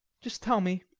just tell me